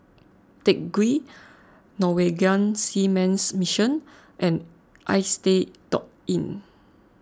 Teck Ghee Norwegian Seamen's Mission and Istay dot Inn